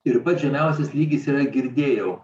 ir pats žemiausias lygis yra girdėjau